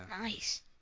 Nice